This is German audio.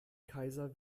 kaiser